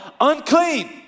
unclean